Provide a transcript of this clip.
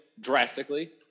drastically